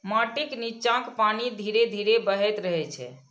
माटिक निच्चाक पानि धीरे धीरे बहैत रहै छै